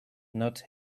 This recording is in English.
not